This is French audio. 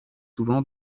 souvent